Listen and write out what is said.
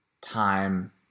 time